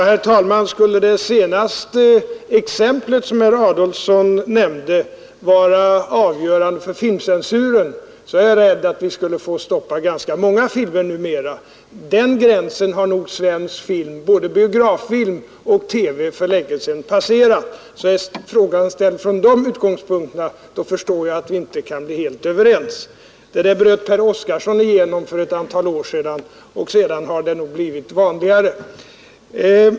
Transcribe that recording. Herr talman! Skulle det senaste exemplet som herr Adolfsson nämnde vara avgörande för filmcensuren, så är jag rädd för att vi skulle få stoppa ganska många filmer numera. Den gränsen har nog svensk film, både biograffilm och TV, för länge sedan passerat. Är frågan ställd från de utgångspunkterna, förstår jag att vi inte kan bli helt överens. Den gränsen bröt Per Oskarsson igenom för ett antal år sedan, och sedan har det nog blivit vanligare.